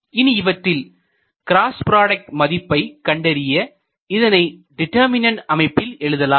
இனி இவற்றின் cross product மதிப்பை கண்டறிய இதனை டீடெர்மினன்ட் அமைப்பில் எழுதலாம்